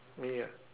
me ah